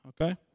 okay